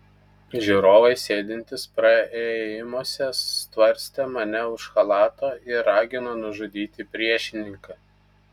žiūrovai sėdintys praėjimuose stvarstė mane už chalato ir ragino nužudyti priešininką